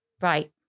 Right